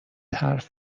حرف